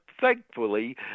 thankfully